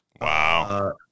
Wow